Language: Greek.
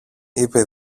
είπε